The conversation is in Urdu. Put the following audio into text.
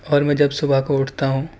اور میں جب صبح کو اٹھتا ہوں